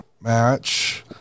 match